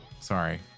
Sorry